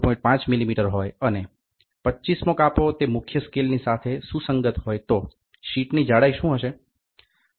5 millimetre હોય અને 25 મો કાપો તે મુખ્ય સ્કેલ ની સાથે સુસંગત હોય તો શિટની જાડાઈ શું હશે